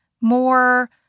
more